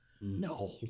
No